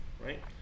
right